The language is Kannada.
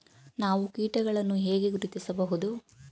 ನಾವು ಕೀಟಗಳನ್ನು ಹೇಗೆ ಗುರುತಿಸಬಹುದು?